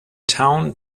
town